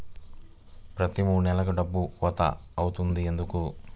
ప్రతి మూడు నెలలకు డబ్బులు కోత అవుతుంది ఎందుకు?